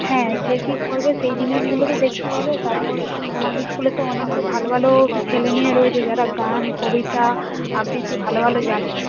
হ্যাঁ কে কী করবে সেই জিনিসগুলো তো দেখতে হবে তারপর আমাদের স্কুলে তো অনেক তো ভালো ভালো ছেলে মেয়ে রয়েছে যারা গান কবিতা আবৃত্তি ভালো ভালো জানে